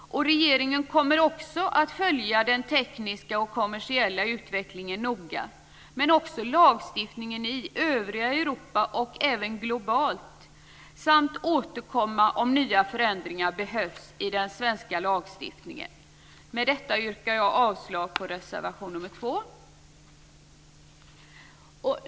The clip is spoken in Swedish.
Regeringen kommer också att följa den tekniska och kommersiella utvecklingen, men också lagstiftningen i övriga Europa och globalt, samt återkomma om nya förändringar behövs i den svenska lagstiftningen. Med detta yrkar jag avslag på reservation nr 2.